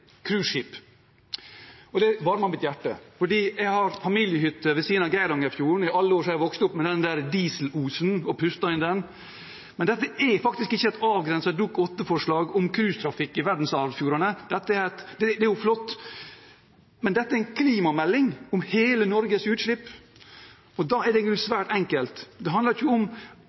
cruiseskip. Det varmer mitt hjerte, fordi jeg har familiehytte ved siden av Geirangerfjorden. I alle år har jeg vokst opp med dieselosen og pustet inn den. Men dette er faktisk ikke et avgrenset Dokument 8-forslag om cruisetrafikk i verdensarvfjordene – det er jo flott – dette er en klimamelding om hele Norges utslipp. Da er det svært enkelt. Det handler ikke om